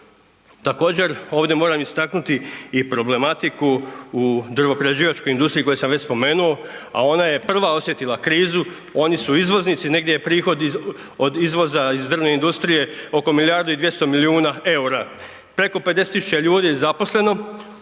Također, ovdje moram istaknuti i problematiku u drvoprerađivačkoj industriji koju sam već spomenuo, a ona je prva osjetila krizu oni su izvoznici, negdje prihodi od izvoza iz drvne industrije oko milijardu i 200 milijuna EUR-a. Preko 50.000 ljudi je zaposleno